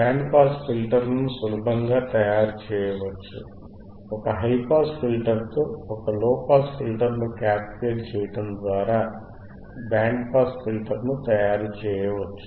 band pass ఫిల్టర్ను సులభంగా తయారు చేయవచ్చు ఒక హై పాస్ ఫిల్టర్తో ఒక లోపాస్ ఫిల్టర్ను క్యాస్కేడ్ చేయడం ద్వారా బ్యాండ్ పాస్ ఫిల్టర్ను తయారు చేయవచ్చు